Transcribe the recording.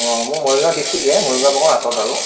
অঁ মোৰ মৰিগাঁও ডিষ্টিকে মৰিগাঁৱৰ পৰা অকণ আঁতৰত আৰু